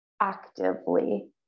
actively